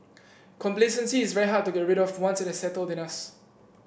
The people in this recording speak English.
complacency is very hard to get rid of once it has settled in us